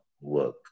work